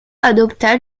adopta